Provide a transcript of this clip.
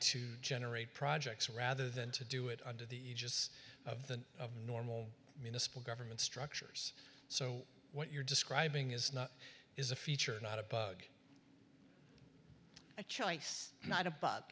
to generate projects rather than to do it under the aegis of the normal municipal government structures so what you're describing is not is a feature not a bug a choice not a